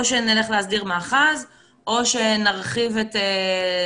או שנלך להסדיר מאחז או שנחריב את,